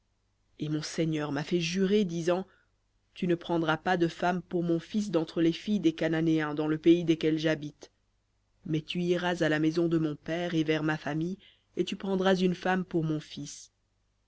et mon seigneur m'a fait jurer disant tu ne prendras pas de femme pour mon fils d'entre les filles des cananéens dans le pays lesquels jhabite mais tu iras à la maison de mon père et vers ma famille et tu prendras une femme pour mon fils